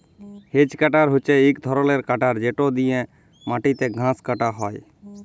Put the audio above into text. hedge cutter হছে ইক ধরলের কাটার যেট দিঁয়ে মাটিতে ঘাঁস কাটা হ্যয়